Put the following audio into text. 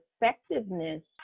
effectiveness